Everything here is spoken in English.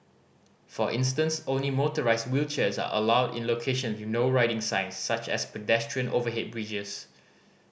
for instance only motorised wheelchairs are allowed in locations with No Riding signs such as pedestrian overhead bridges